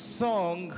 song